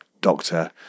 doctor